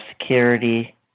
security